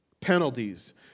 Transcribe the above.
Penalties